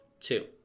Two